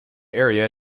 area